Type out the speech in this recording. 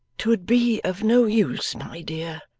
twould be of no use, my dear,